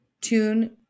tune